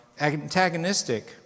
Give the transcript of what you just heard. antagonistic